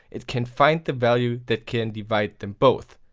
it can find the value that can divide them both.